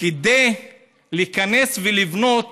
כדי להיכנס ולבנות